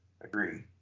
agree